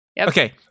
Okay